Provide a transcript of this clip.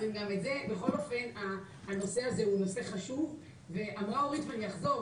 בכל אופן הנושא הזה הוא נושא חשוב ואמרה אורית ואני אחזור: